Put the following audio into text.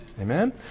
Amen